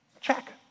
Check